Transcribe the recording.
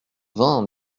vin